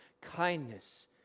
kindness